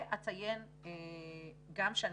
אציין שהנציבות,